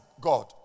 God